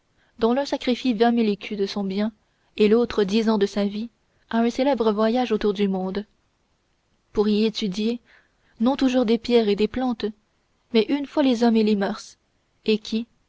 l'un sacrifie vingt mille écus de son bien et l'autre dix ans de sa vie à un célèbre voyage autour du monde pour y étudier non toujours des pierres et des plantes mais une fois les hommes et les mœurs et qui